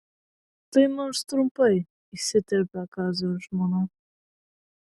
tai nors trumpai įsiterpė kazio žmona